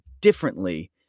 differently